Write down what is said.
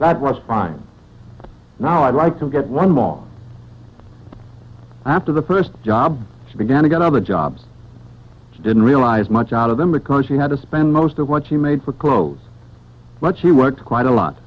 that was prime now i'd like to get one more after the first job i began to get other jobs i didn't realize much out of them because we had to spend most of what she made for clothes but she worked quite a lot